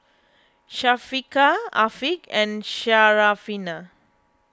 Syafiqah Afiq and Syarafina